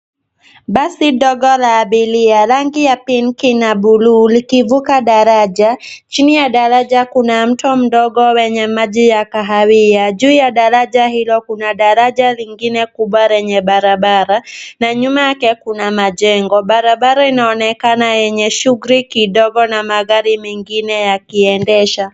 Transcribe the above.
Basi ndogo la abiria, rangi ya pink na bluu likivuka daraja. Chini ya daraja kuna mto mdogo wenye maji ya kahawia. Juu ya daraja hilo kuna daraja lingine kubwa lenye barabara na nyuma yake kuna majengo. Barabara inaonekana yenye shughuli kidogo na magari mengine yakiendesha.